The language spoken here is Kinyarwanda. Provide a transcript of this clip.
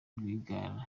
rwigara